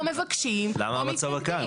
למה המצב הקיים?